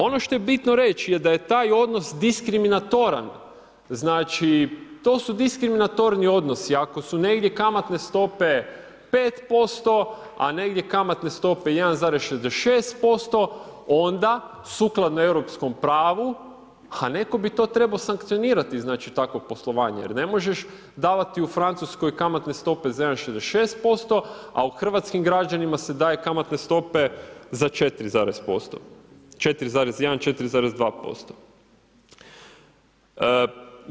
Ono što je bitno reći je da je taj odnos diskriminatoran, znači to su diskriminatorni odnosi, ako su negdje kamatne stope 5% a negdje kamatne stope 1,66%, onda sukladno europskom pravu, netko bi to trebao sankcionirati takvo poslovanje jer ne možeš davati u Francuskoj kamatne stope za 1,66% a hrvatskim građanima se daje kamatne stope za 4,1%, 4,2%